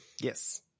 Yes